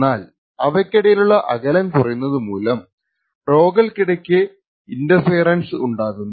എന്നാൽ അവക്കിടയിലുള്ള അകലം കുറയുന്നതുമൂലം റോകൾക്കിടക്ക് ഇന്റർഫിയറൻസ് ഉണ്ടാകുന്നു